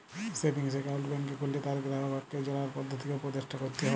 savings account ব্যাংকে খুললে তার গেরাহককে জালার পদধতিকে উপদেসট ক্যরতে হ্যয়